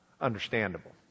understandable